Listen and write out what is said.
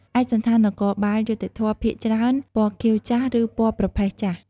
ឯកសណ្ឋាននគរបាលយុត្តិធម៌ភាគច្រើនពណ៌ខៀវចាស់ ឬពណ៌ប្រផេះចាស់។